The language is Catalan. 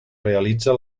realitza